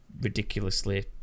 ridiculously